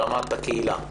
ברמת הקהילה,